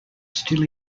still